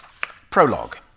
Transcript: prologue